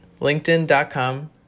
linkedin.com